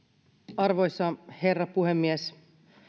arvoisa herra puhemies